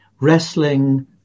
wrestling